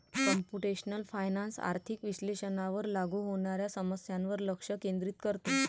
computational finance आर्थिक विश्लेषणावर लागू होणाऱ्या समस्यांवर लक्ष केंद्रित करते